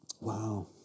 wow